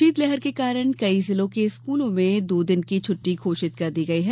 शीतलहर के कारण कई जिलों के स्कूलों में दो दिन की छट्टी घोषित कर दी गई है